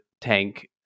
tank